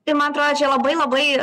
tai man atrodo čia labai labai